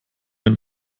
den